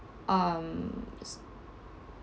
um